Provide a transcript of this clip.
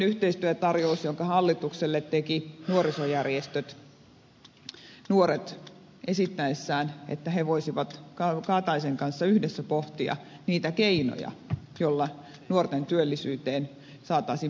toisen yhteistyötarjouksen hallitukselle tekivät nuorisojärjestöt nuoret esittäessään että he voisivat kataisen kanssa yhdessä pohtia niitä keinoja joilla nuorten työllisyyteen saataisiin parannusta